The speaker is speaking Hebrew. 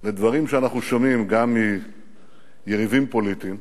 לדברים שאנחנו שומעים גם מיריבים פוליטיים,